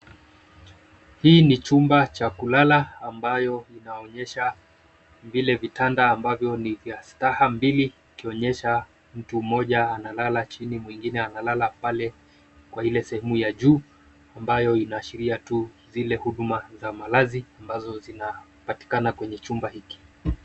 Hii ni chumba cha kulala ambayo inaonyesha, vile vitanda abavyo ni vya staha mbili ikionyesha mtu mmoja analala chini , mwingine analala pale kwa hile sehemu ya juu ambayo inaashiria tu zile huduma za malazi ambazo zinapatikana kwenye chumba hiki.